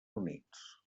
units